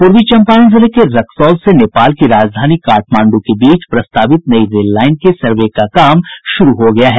पूर्वी चम्पारण जिले के रक्सौल से नेपाल की राजधानी काठमांडू के बीच प्रस्तावित नई रेल लाईन के सर्वे का काम शुरू हो गया है